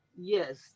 yes